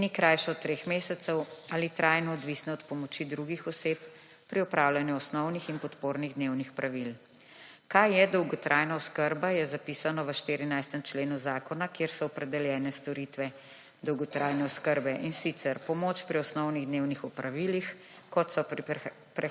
ki ni krajše od treh mesecev ali trajno odvisne od pomoči drugih oseb pri upravljanju osnovnih in podpornih dnevnih pravil. Kaj je dolgotrajna oskrba je zapisano v 14. členu zakona, kjer so opredeljene storitve dolgotrajne oskrbe, in sicer pomoč pri osnovnih dnevnih opravilih, kot so prehranjevanje,